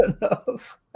enough